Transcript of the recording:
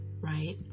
right